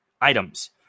items